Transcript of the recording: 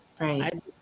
right